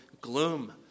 gloom